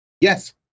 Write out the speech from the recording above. Yes